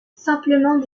simplement